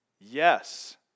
Yes